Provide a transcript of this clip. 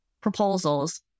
proposals